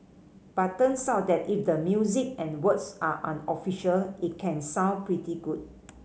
but turns out that if the music and words are unofficial it can sound pretty good